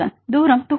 தூரம் 2